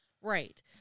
Right